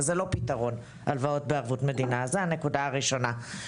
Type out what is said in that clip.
אז הלוואות בערבות מדינה הן לא פתרון.